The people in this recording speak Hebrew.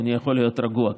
אדוני יכול להיות רגוע,